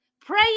Pray